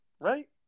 Right